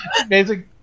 amazing